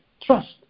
trust